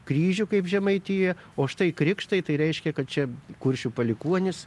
kryžių kaip žemaitija o štai krikštai tai reiškia kad čia kuršių palikuonys